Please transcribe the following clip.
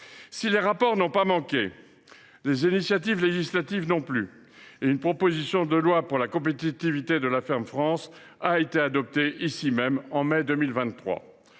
Les rapports n’ont pas manqué, non plus que les initiatives législatives : une proposition de loi pour la compétitivité de la ferme France a été adoptée ici même en mai 2023.